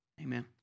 Amen